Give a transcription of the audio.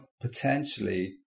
potentially